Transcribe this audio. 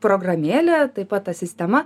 programėlė taip pat ta sistema